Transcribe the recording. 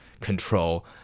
control